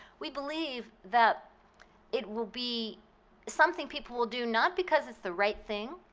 we believe that it will be something people will do not because it's the right thing,